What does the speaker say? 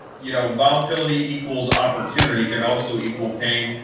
you know volatility equals opportunity. it can also equal pain.